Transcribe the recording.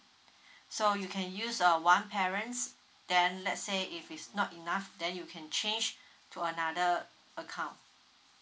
so you can use uh one parent's then let's say if it's not enough then you can change to another account